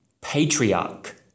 Patriarch